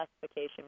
classification